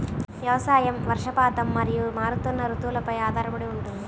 వ్యవసాయం వర్షపాతం మరియు మారుతున్న రుతువులపై ఆధారపడి ఉంటుంది